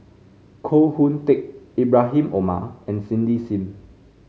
Koh Hoon Teck Ibrahim Omar and Cindy Sim